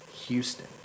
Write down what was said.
Houston